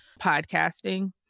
podcasting